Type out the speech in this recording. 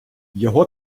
його